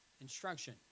instruction